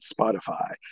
Spotify